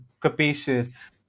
capacious